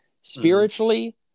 Spiritually